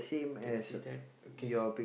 can see that okay